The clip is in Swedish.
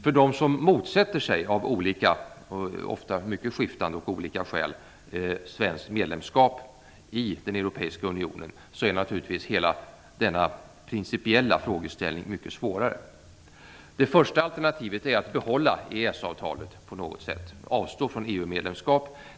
För dem som av olika, ofta mycket skiftande skäl motsätter sig svenskt medlemskap i den europeiska unionen är givetvis hela denna principiella frågeställning mycket svårare. Det första alternativet är att på något sätt behålla EES-avtalet och avstå från EU-medlemskap.